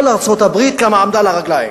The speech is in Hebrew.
כל ארצות-הברית קמה ועמדה על הרגליים,